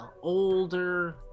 older